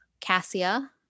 cassia